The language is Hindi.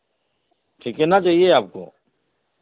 ठीक कितना चाहिए आपको